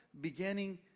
beginning